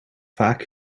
vaak